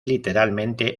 literalmente